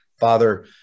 Father